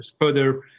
further